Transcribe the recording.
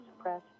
press